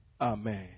amen